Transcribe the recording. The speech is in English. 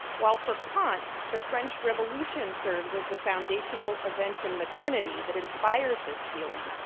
while for kant, the french revolution serves as the foundational event in modernity that inspires this feeling,